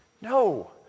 No